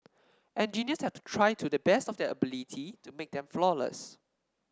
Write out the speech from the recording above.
engineers have to try to the best of their ability to make them flawless